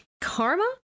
karma